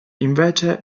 invece